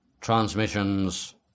transmissions